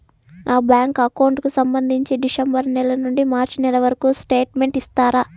నా bank account కు సంబంధించి డిసెంబరు నెల నుండి మార్చి నెలవరకు స్టేట్మెంట్ ఇస్తారా?